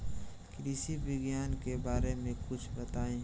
कृषि विज्ञान के बारे में कुछ बताई